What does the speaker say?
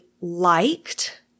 liked